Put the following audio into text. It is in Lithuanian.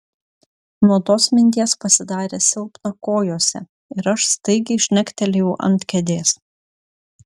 nuo tos minties pasidarė silpna kojose ir aš staigiai žnektelėjau ant kėdės